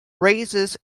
raises